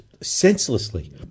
senselessly